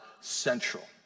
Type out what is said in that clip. central